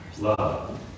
love